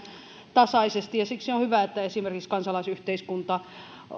tasaisesti ja siksi on hyvä että esimerkiksi kansalaisyhteiskunta